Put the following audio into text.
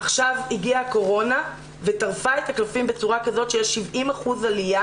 עכשיו הגיעה הקורונה וטרפה את הקלפים בצורה כזו שיש 70% עלייה